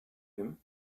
him